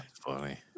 funny